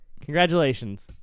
Congratulations